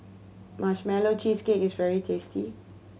Marshmallow Cheesecake is very tasty